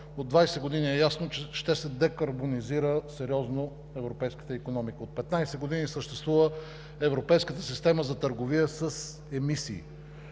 От 20 години е ясно, че ще се декарбонизира сериозно европейската икономика. От 15 години съществува европейската система за търговия с емисии.